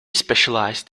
specialised